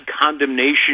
condemnation